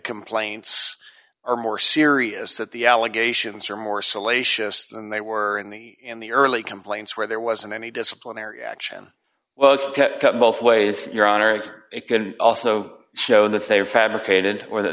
complaints are more serious that the allegations are more salacious than they were in the in the early complaints where there wasn't any disciplinary action well cut both ways your honor it can also show that they are fabricated